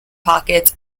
pockets